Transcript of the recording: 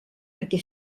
perquè